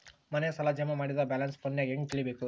ಮನೆ ಸಾಲ ಜಮಾ ಮಾಡಿದ ಬ್ಯಾಲೆನ್ಸ್ ಫೋನಿನಾಗ ಹೆಂಗ ತಿಳೇಬೇಕು?